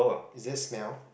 is it smell